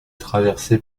traversée